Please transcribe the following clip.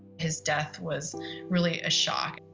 his death was really a shock.